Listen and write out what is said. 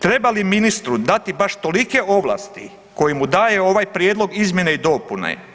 Treba li ministru dati baš tolike ovlasti koje mu daje ovaj prijedlog izmjene i dopune.